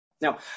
Now